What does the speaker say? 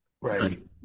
Right